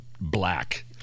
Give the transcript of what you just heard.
black